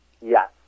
yes